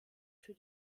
für